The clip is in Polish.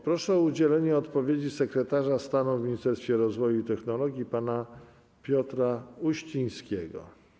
Proszę o udzielenie odpowiedzi sekretarza stanu w Ministerstwie Rozwoju i Technologii pana Piotra Uścińskiego.